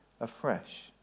afresh